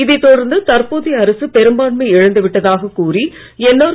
இதை தொடர்ந்து தற்போதைய அரசு பெரும்பான்மையை இழந்து விட்டதாக கூறி என்ஆர்